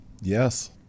Yes